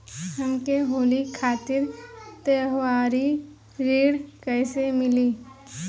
हमके होली खातिर त्योहारी ऋण कइसे मीली?